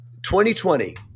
2020